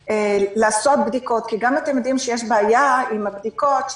לעשות בדיקות כי אתם יודעים שיש בעיה עם הבדיקות,